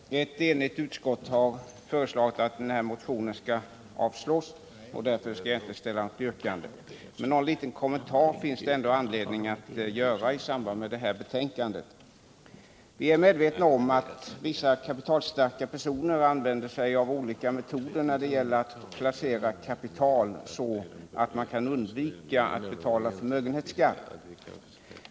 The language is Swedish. Herr talman! Ett enigt utskott har föreslagit att motionen i detta ärende avslås, och jag skall därför inte ställa något yrkande. Någon liten kommentar finns det ändock anledning att göra i samband med det avlämnade betänkandet. Som bekant använder sig vissa kapitalstarka personer av olika metoder för att placera kapital så att de kan undvika att betala förmögenhetsskatt.